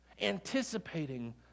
anticipating